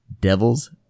Devils